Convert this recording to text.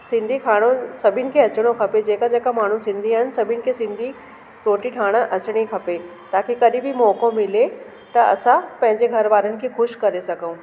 सिंधी खाणो सभिनि खे अचणो खपे जेका जेका माण्हू सिंधी आहिनि सभिनि खे सिंधी रोटी ठाहिण अचणी खपे ताकी कडहिं बि मौक़ो मिले त असां पंहिंजे घर वारनि खे ख़ुशि करे सघूं